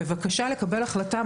בבקשה לקבל החלטה,